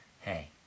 hey